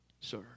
sir